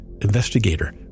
investigator